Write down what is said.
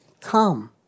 come